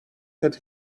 had